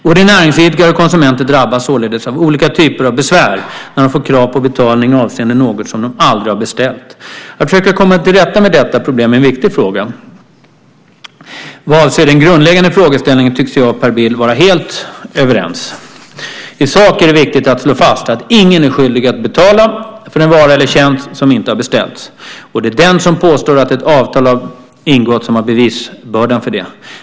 Både näringsidkare och konsumenter drabbas således av olika typer av besvär när de får krav på betalning avseende något som de aldrig har beställt. Att försöka komma till rätta med detta problem är en viktig fråga. Vad avser den grundläggande frågeställningen tycks jag och Per Bill vara helt överens. I sak är det viktigt att slå fast att ingen är skyldig att betala för en vara eller tjänst som inte har beställts. Och det är den som påstår att ett avtal har ingåtts som har bevisbördan för det.